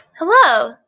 Hello